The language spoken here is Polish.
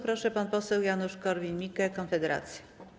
Proszę, pan poseł Janusz Korwin-Mikke, Konfederacja.